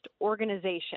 organization